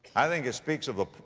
i think it speaks of the